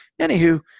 anywho